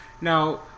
Now